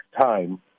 time